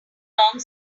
long